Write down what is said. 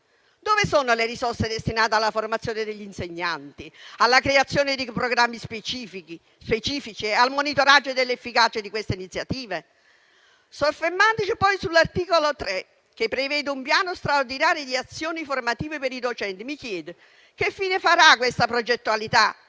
Dove sono le risorse destinate alla formazione degli insegnanti, alla creazione di programmi specifici e al monitoraggio dell'efficacia di queste iniziative? Soffermandoci poi sull'articolo 3, che prevede un piano straordinario di azioni formative per i docenti, mi chiedo che fine farà questa progettualità